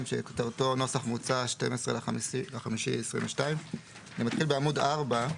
שכותרתו נוסח מוצע 12.5.22. זה מתחיל בעמוד 4,